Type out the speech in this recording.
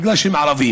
בגלל שהם ערבים.